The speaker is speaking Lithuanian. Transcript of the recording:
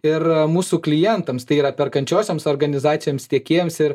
ir mūsų klientams tai yra perkančiosioms organizacijoms tiekėjams ir